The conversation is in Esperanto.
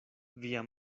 via